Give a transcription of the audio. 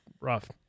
rough